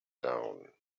down